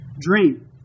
dream